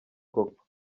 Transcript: koko